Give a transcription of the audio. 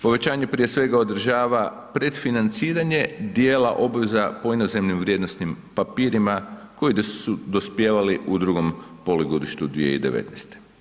Povećanje prije svega održava pred financiranje dijela obveza po inozemnim vrijednosnim papirima koji su dospijevali u drugom polugodištu 2019.